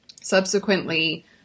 subsequently